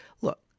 Look